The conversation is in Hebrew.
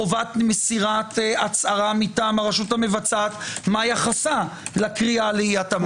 חובת מסירת הצהרה מטעם הרשות המבצעת מה יחסה לקריאה לאי התאמה.